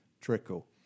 trickle